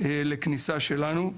לכניסה שלנו.